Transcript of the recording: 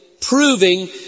proving